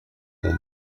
mon